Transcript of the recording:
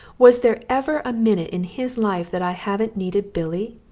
was there ever a minute in his life that i haven't needed billy?